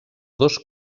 dos